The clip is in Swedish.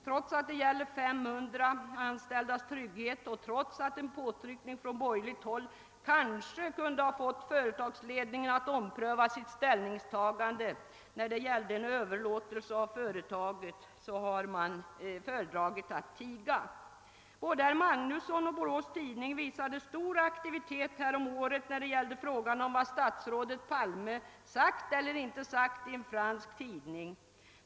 Trots att det gäller 500 anställdas trygghet och trots att en påtryckning från borgerligt håll kanske kunde ha fått företagsledningen att ompröva sitt ställningstagande när det gällde en överlåtelse av företaget, har man föredragit att tiga. Både herr Magnusson och Borås tidning visade stor aktivitet häromåret när det gällde frågan om vad statsrådet Palme sagt eller inte sagt till en fransk tidning.